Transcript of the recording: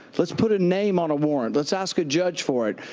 let's put a name on a warrant, let's ask a judge for it.